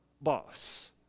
boss